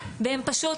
והם פשוט